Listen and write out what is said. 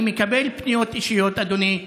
אני מקבל פניות אישיות, אדוני היושב-ראש,